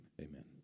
Amen